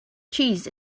cheese